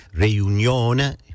Reunione